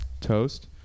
Toast